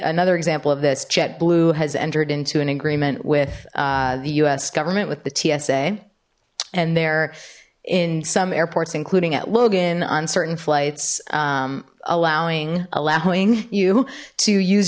another example of this jetblue has entered into an agreement with the us government with the tsa and they're in some airports including at logan on certain flights allowing allowing you to use